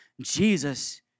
Jesus